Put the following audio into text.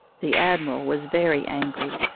the admiral was very angry.